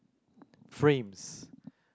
frames